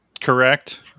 correct